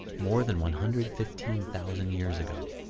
more than one hundred fifteen thousand years ago.